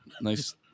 nice